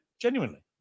genuinely